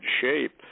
shape